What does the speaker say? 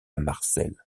marcel